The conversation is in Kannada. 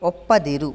ಒಪ್ಪದಿರು